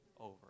over